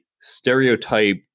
stereotype